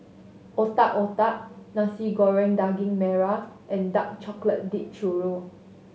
Otak Otak Nasi Goreng Daging Merah and dark chocolate dipped churro